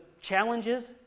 challenges